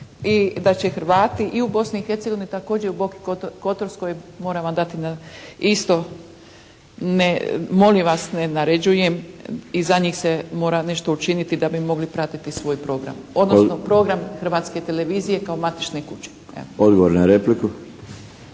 i da će i Hrvati i u Bosni i Hercegovini, također i u Boki Kotorskoj moram vam dati isto, molim vas ne naređujem i za njih se mora nešto učiniti da bi mogli pratiti svoj program, odnosno program Hrvatske televizije kao matične kuće iz matične